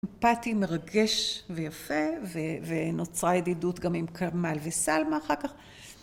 אמפתי, מרגש ויפה, ו... ונוצרה ידידות גם עם קרמל וסלמה אחר כך.